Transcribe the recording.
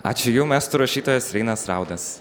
ačiū jums estų rašytojas reinas raudas